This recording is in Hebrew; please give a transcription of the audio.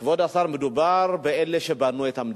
כבוד השר, מדובר באלה שבנו את המדינה,